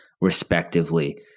respectively